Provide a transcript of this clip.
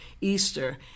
Easter